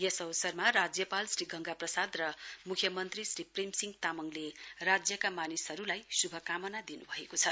यस अवसरमा राज्यापल श्री गंगा प्रसाद र मुख्यमन्त्री श्री प्रेम सिंह तामाङले राज्यका मानिसहरूलाई शुभकामना दिन् भएको छ